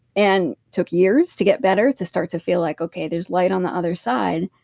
and took years to get better, to start to feel like, okay, there's light on the other side.